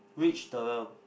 reach the